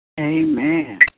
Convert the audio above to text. Amen